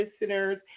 listeners